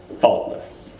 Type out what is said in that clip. faultless